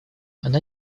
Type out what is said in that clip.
она